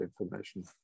information